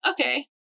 okay